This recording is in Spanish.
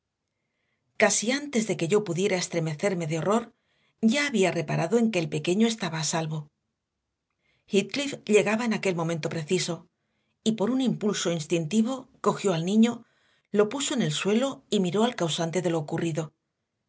casi antes de que yo pudiera estremecerme de horror ya había reparado en que el pequeño estaba a salvo heathcliff llegaba en aquel momento preciso y por un impulso instintivo cogió al niño lo puso en el suelo y miró al causante de lo ocurrido